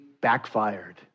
backfired